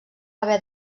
haver